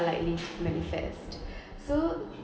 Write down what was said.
are likely manifest so